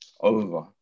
over